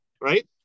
right